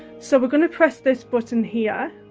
so, we're going to press this button here